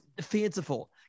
fanciful